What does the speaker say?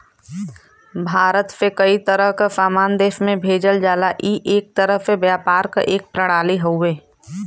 भारत से कई तरह क सामान देश में भेजल जाला ई एक तरह से व्यापार क एक प्रणाली हउवे